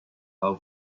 how